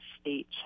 state